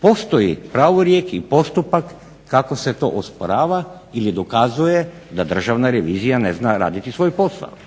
postoji pravorijek i postupak kako se to osporava ili dokazuje da Državna revizija ne zna raditi svoj posao.